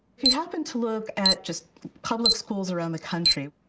if you happened to look at just public schools around the country,